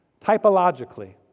typologically